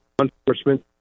enforcement